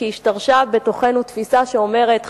כי השתרשה בתוכנו תפיסה שאומרת,